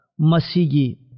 masigi